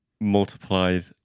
multiplied